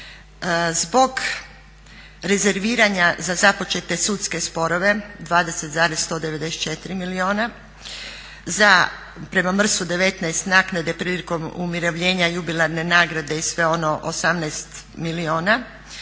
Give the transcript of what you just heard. zbog rezerviranja za započete sudske sporove 20,194 milijuna, za prema MRSU 19 naknade prilikom umirovljenja, jubilarne nagrade i sve ono 18 milijuna.